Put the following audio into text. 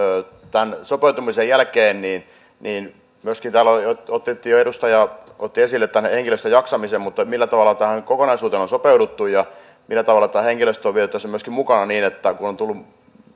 tämän sopeutumisen jälkeen myöskin täällä edustaja otti esille tämän henkilöstön jaksamisen mutta millä tavalla tähän kokonaisuuteen on sopeuduttu ja millä tavalla henkilöstö on viety tässä myöskin mukana niin että kun ovat